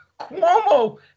Cuomo